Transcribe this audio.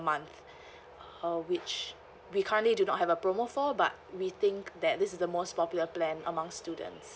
month uh which we currently do not have a promo for but we think that this is the most popular plan among students